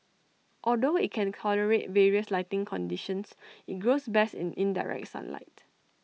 although IT can tolerate various lighting conditions IT grows best in indirect sunlight